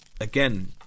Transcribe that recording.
again